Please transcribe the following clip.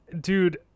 dude